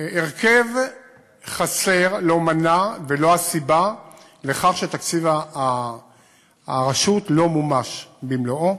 שהרכב חסר לא מנע ולא היה הסיבה לכך שתקציב הרשות לא מומש במלואו.